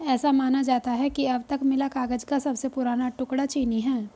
ऐसा माना जाता है कि अब तक मिला कागज का सबसे पुराना टुकड़ा चीनी है